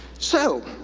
so,